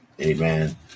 Amen